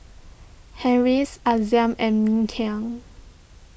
Harris Aizat and Mikhail